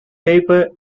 paper